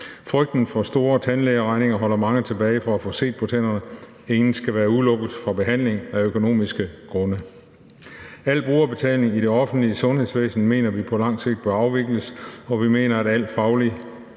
Frygten for store tandlægeregninger holder mange tilbage fra at få set på tænderne. Ingen skal være udelukket fra behandling af økonomiske grunde. Al brugerbetaling i det offentlige sundhedsvæsen mener vi på lang sigt bør afvikles, og vi mener, at al fagligt